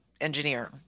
engineer